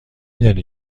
دانی